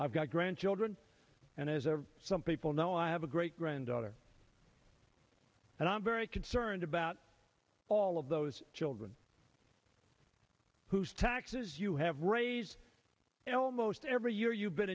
i've got grandchildren and as some people know i have a great granddaughter and i'm very concerned about all of those children whose taxes you have raised you know almost every year you've been